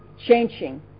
changing